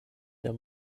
der